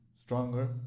stronger